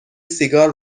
سیگار